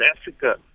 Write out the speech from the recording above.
Africa